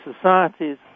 societies